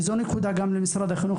וזאת נקודה נוספת למשרד החינוך,